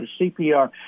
CPR